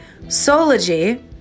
Sology